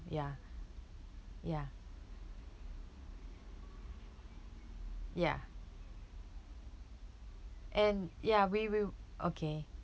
ya ya ya and ya we will okay